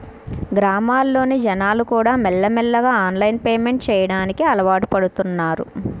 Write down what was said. గ్రామాల్లోని జనాలుకూడా మెల్లమెల్లగా ఆన్లైన్ పేమెంట్ చెయ్యడానికి అలవాటుపడుతన్నారు